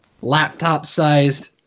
laptop-sized